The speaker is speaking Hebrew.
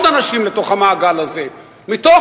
ולתוך המעגל הזה הצטרפו עוד אנשים מתוך